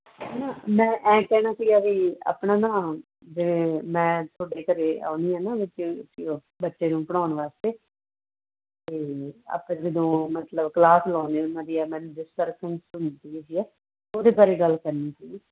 ਉਹ ਨਾ ਮੈਂ ਐਂ ਕਹਿਣਾ ਸੀਗਾ ਵੀ ਆਪਣਾ ਨਾ ਮੈਂ ਤੁਹਾਡੇ ਘਰੇ ਆਉਂਦੀ ਆ ਨਾ ਬੱਚੇ ਨੂੰ ਓ ਬੱਚੇ ਨੂੰ ਪੜ੍ਹਾਉਣ ਵਾਸਤੇ ਅਤੇ ਆਪਾਂ ਜਦੋਂ ਮਤਲਬ ਕਲਾਸ ਲਾਉਨੇ ਉਹਨਾਂ ਦੀ ਮੈਨੂੰ ਡਿਸਟਰਬਨੈਸ ਹੁੰਦੀ ਆ ਉਹਦੇ ਬਾਰੇ ਗੱਲ ਕਰਨੀ ਸੀ